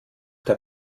der